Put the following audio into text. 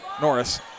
Norris